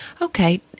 okay